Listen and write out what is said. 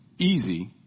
Easy